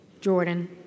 Jordan